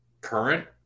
current